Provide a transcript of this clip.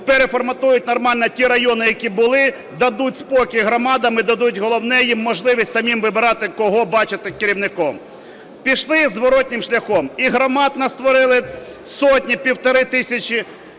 перефоматують нормально ті райони, які були, дадуть спокій громадам, і дадуть, головне, їм можливість самим вибирати, кого бачити керівником. Пішли зворотнім шляхом – і громад настворили сотні, півтори тисячі,